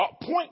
point